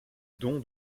don